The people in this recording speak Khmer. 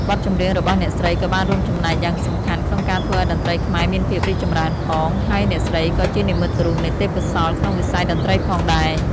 បទចម្រៀងរបស់អ្នកស្រីក៏បានរួមចំណែកយ៉ាងសំខាន់ក្នុងការធ្វើឱ្យតន្ត្រីខ្មែរមានភាពរីកចម្រើនផង ហើយអ្នកស្រីក៏ជានិមិត្តរូបនៃទេពកោសល្យក្នុងវិស័យតន្ត្រីផងដែរ។